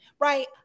Right